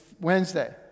Wednesday